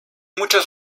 muchas